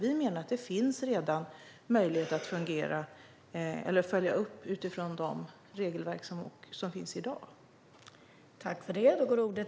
Vi menar att det redan finns en möjlighet att följa upp detta utifrån de regelverk som finns i dag.